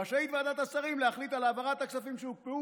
רשאית ועדת השרים להחליט על העברת הכספים שהוקפאו,